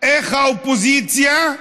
איך האופוזיציה,